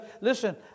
listen